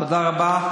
תודה רבה.